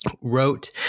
Wrote